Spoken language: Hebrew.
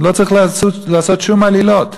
לא צריך לעשות שום עלילות.